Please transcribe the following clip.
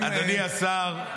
אדוני השר,